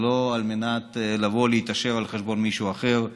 זה לא על מנת לבוא להתעשר על חשבון מישהו אחר.